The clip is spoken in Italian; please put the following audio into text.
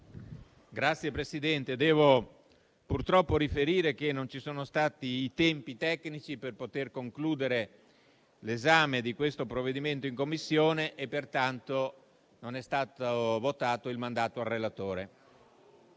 Signor Presidente, devo purtroppo riferire che non ci sono stati i tempi tecnici per poter concludere l'*iter* del provvedimento in Commissione. Pertanto, non è stato votato il mandato al relatore.